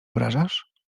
obrażasz